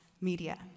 media